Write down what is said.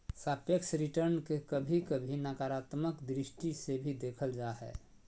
सापेक्ष रिटर्न के कभी कभी नकारात्मक दृष्टि से भी देखल जा हय